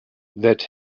that